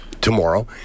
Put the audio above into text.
tomorrow